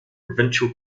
provincial